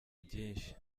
byinshi